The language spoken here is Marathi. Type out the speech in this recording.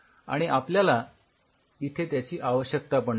आणि आपल्याला इथे त्याची आवश्यकता पण नाही